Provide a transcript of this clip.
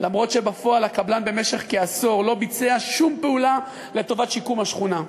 למרות שבפועל הקבלן במשך כעשור לא ביצע שום פעולה לטובת שיקום השכונה,